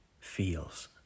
feels